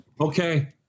Okay